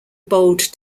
bold